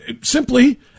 simply